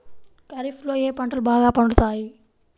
ఖరీఫ్లో ఏ పంటలు బాగా పండుతాయి?